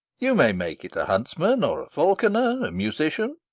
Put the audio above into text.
you may make it a huntsman, or a falconer, a musician,